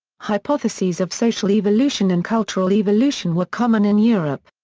hypotheses of social evolution and cultural evolution were common in europe.